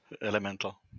elemental